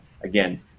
again